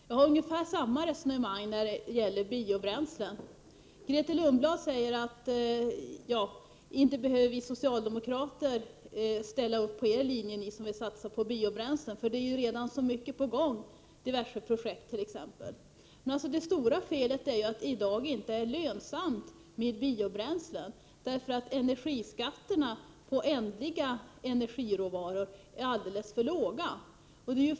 På nästan samma sätt resonerar jag när det gäller biobränslen. Grethe Lundblad säger ungefär så här: Inte behöver vi socialdemokrater välja samma linje som ni som vill satsa på biobränslen. Det är ju redan så många olika projekt på gång. Då vill jag framhålla att det stora felet i dag är att det inte är lönsamt med biobränslen, eftersom energiskatterna på ändliga energiråvaror är alldeles för låga.